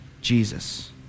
Jesus